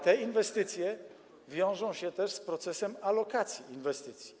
Te inwestycje wiążą się też z procesem alokacji inwestycji.